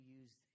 use